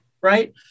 right